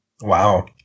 Wow